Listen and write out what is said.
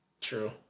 True